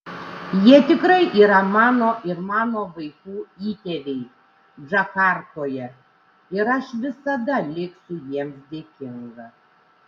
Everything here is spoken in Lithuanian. jie tikrai yra mano ir mano vaikų įtėviai džakartoje ir aš visada liksiu jiems dėkinga